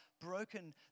broken